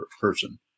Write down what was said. person